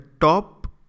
top